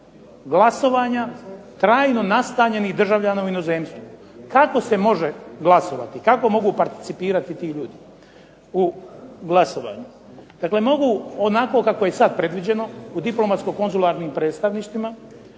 glasovanja trajno nastanjenih državljana u inozemstvu. Kako se može glasovati, kako mogu participirati ti ljudi u glasovanju? Dakle, mogu onako kako je sada predviđeno u diplomatsko konzularnim predstavništvima,